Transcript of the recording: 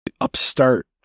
upstart